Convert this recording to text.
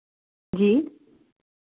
जी